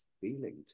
feeling